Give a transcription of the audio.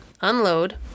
unload